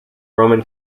roman